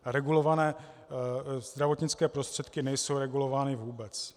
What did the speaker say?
A regulované zdravotnické prostředky nejsou regulovány vůbec.